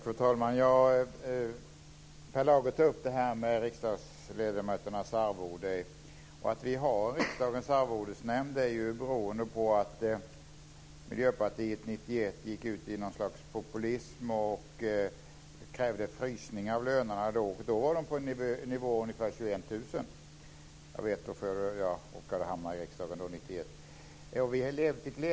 Fru talman! Per Lager tar upp frågan om riksdagsledamöternas arvoden. Att vi har dagens arvodesnämnd beror på att Miljöpartiet år 1991 gick ut i något slags populism och krävde frysning av lönerna. Då låg de på nivån 21 000 kr. Jag vet det därför att jag kom in i riksdagen 1991.